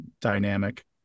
dynamic